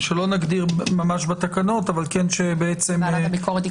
שלא אנחנו נגדיר ממש בתקנות אבל ועדת הביקורת.